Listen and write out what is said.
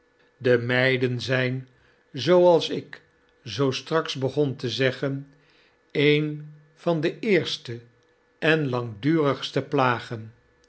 de meiden zyn zooals ik zoo straks begon te zeggen een van de eerste en langdurigste plagen